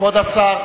כבוד השר,